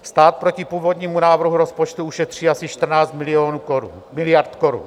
Stát proti původnímu návrhu rozpočtu ušetří asi 14 miliard korun.